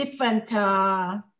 different